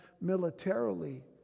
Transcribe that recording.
militarily